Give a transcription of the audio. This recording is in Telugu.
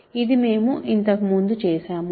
ఇది మేము ఇంతకు ముందు చేసాము